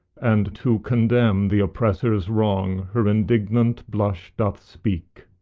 and to condemn the oppressor's wrong her indignant blush doth speak.